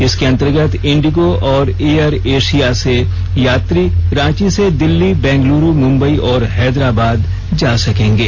इसके अंतर्गत इंडिगो और एयर एषिया से यात्री रांची से दिल्ली बंगलुरू मुंबई और हैदराबाद जा सकेंगे